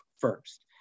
first